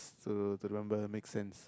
to to remember makes sense